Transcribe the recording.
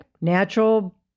natural